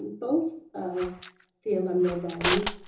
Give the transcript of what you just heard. both of the alumni bodies,